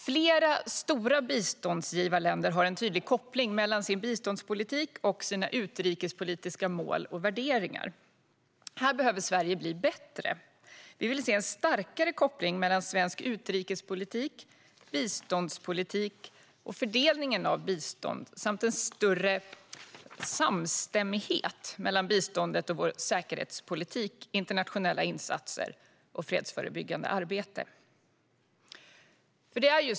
Flera stora biståndsgivarländer har en tydlig koppling mellan sin biståndspolitik och sina utrikespolitiska mål och värderingar. Här behöver Sverige bli bättre. Vi vill se en starkare koppling mellan svensk utrikespolitik, biståndspolitik och fördelningen av bistånd samt en större samstämmighet mellan biståndet och vår säkerhetspolitik, internationella insatser och konfliktförebyggande arbete.